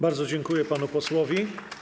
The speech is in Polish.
Bardzo dziękuję panu posłowi.